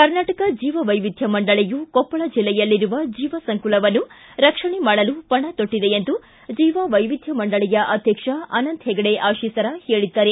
ಕರ್ನಾಟಕ ಜೀವವೈವಿಧ್ಯ ಮಂಡಳಿಯು ಕೊಪ್ಪಳ ಜಿಲ್ಲೆಯಲ್ಲಿರುವ ಜೀವ ಸಂಕುಲವನ್ನು ರಕ್ಷಣೆ ಮಾಡಲು ಪಣತೊಟ್ಟಿದೆ ಎಂದು ಜೀವ ವೈವಿಧ್ಯ ಮಂಡಳಿಯ ಅಧ್ಯಕ್ಷ ಅನಂತ ಹೆಗಡೆ ಅಶೀಸರ ಹೇಳಿದ್ದಾರೆ